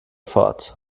fort